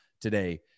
today